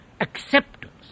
acceptance